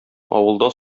авылда